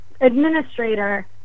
administrator